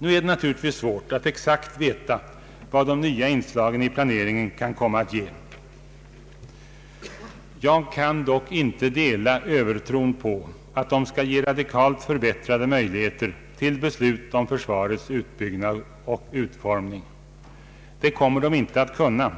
Nu är det naturligtvis svårt att exakt veta vad de nya inslagen i planeringen kan komma att ge. Jag kan dock inte dela övertron på att de skall ge radikalt förbättrade möjligheter till beslut om försvarets utbyggnad och utformning. Det kommer de inte att kunna